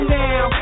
now